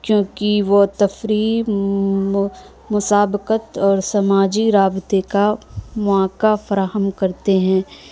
کیونکہ وہ تفریح مسابقت اور سماجی رابطے کا مواقع فراہم کرتے ہیں